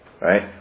right